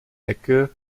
ecke